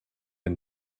and